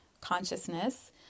consciousness